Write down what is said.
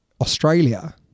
Australia